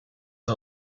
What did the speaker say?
are